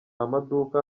amaduka